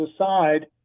aside